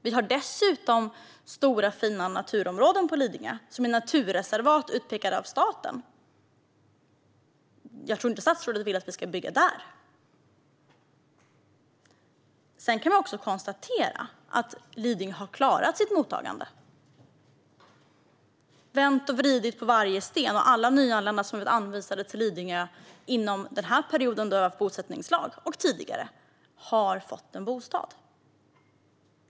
Vi har dessutom stora fina naturområden på Lidingö som staten har utsett till naturreservat. Jag tror inte att statsrådet vill att vi ska bygga där. Sedan kan jag konstatera att Lidingö har klarat sitt mottagande, och man har vänt och vridit på varje sten. Alla nyanlända som har blivit anvisade till Lidingö under denna period då vi har haft en bosättningslag och tidigare har fått en bostad.